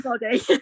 body